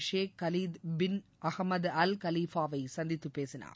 ஷேக் Khalid bin Ahmed Al Khalifa வை சந்தித்துப் பேசினார்